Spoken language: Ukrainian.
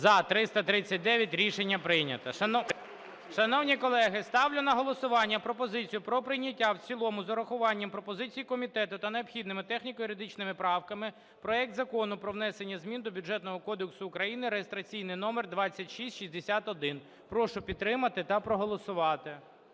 За-339 Рішення прийнято. Шановні колеги, ставлю на голосування пропозицію про прийняття в цілому з урахуванням пропозицій комітету та необхідними техніко-юридичними правками проект Закону про внесення змін до Бюджетного кодексу (реєстраційний номер 2661). Прошу підтримати та проголосувати.